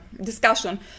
discussion